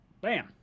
Bam